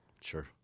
Sure